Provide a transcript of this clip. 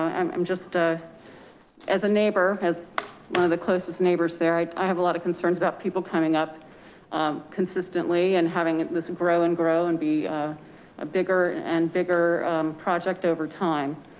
um i'm just ah as a neighbor, as one of the closest neighbors there. i i have a lot of concerns about people coming up consistently and having this grow and grow and be a bigger and bigger project over time